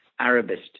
Arabist